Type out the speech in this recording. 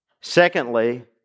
Secondly